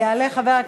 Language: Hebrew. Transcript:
יעלה חבר